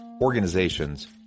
organizations